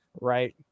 right